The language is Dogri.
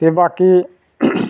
ते बाकी